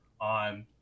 on